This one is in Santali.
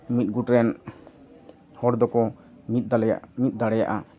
ᱢᱤᱫ ᱜᱩᱴᱨᱮᱱ ᱦᱚᱲ ᱫᱚᱠᱚ ᱢᱤᱫ ᱫᱟᱲᱮᱭᱟᱜ ᱢᱤᱫ ᱫᱟᱲᱮᱭᱟᱜᱼᱟ